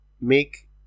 make